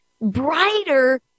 brighter